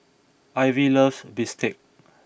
Ivy loves Bistake